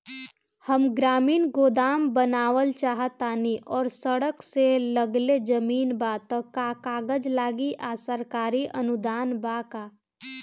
हम ग्रामीण गोदाम बनावल चाहतानी और सड़क से लगले जमीन बा त का कागज लागी आ सरकारी अनुदान बा का?